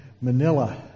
Manila